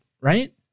right